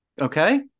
Okay